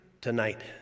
tonight